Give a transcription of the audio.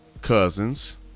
Cousins